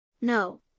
No